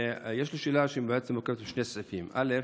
יש לי שאלה שמורכבת משני סעיפים: א.